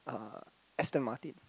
uh Aston Martin